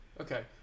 Okay